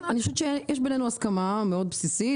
אני חושבת שיש בינינו הסכמה מאוד בסיסית,